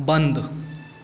बन्द